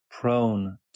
prone